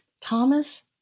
Thomas